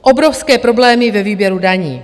Obrovské problémy ve výběru daní.